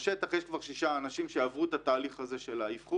בשטח יש כבר שישה אנשים שעברו את התהליך הזה של האבחון,